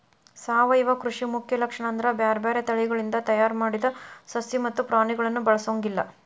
ಸಾವಯವ ಕೃಷಿ ಮುಖ್ಯ ಲಕ್ಷಣ ಅಂದ್ರ ಬ್ಯಾರ್ಬ್ಯಾರೇ ತಳಿಗಳಿಂದ ತಯಾರ್ ಮಾಡಿದ ಸಸಿ ಮತ್ತ ಪ್ರಾಣಿಗಳನ್ನ ಬಳಸೊಂಗಿಲ್ಲ